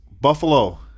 Buffalo